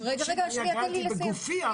אני הגנתי בגופי.